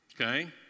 Okay